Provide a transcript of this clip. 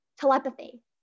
telepathy